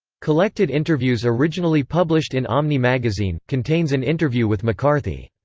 collected interviews originally published in omni magazine contains an interview with mccarthy.